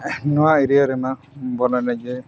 ᱱᱚᱣᱟ ᱮᱨᱤᱭᱟ ᱨᱮᱱᱟᱜ ᱵᱚᱞ ᱮᱱᱮᱡ ᱜᱮ